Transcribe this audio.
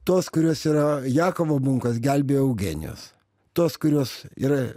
tos kurios yra jakovo bunkos gelbėjo eugenijus tos kurios yra